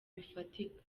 bifatika